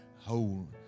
hold